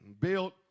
Built